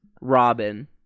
Robin